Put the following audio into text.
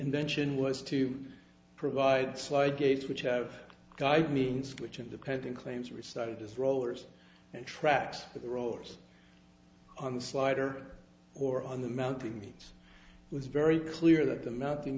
invention was to provide slide gates which have guide means which independent claims are restarted as rollers and tracks of the rollers on the slider or on the mountain means it was very clear that the melting